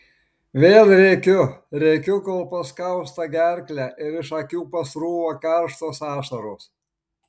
vėl rėkiu rėkiu kol paskausta gerklę ir iš akių pasrūva karštos ašaros